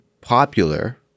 popular